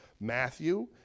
Matthew